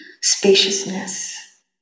spaciousness